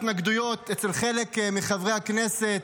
התנגדויות אצל חלק מחברי הכנסת.